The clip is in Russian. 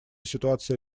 ситуация